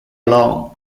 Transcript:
along